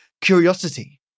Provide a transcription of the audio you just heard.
curiosity